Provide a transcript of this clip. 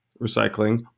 recycling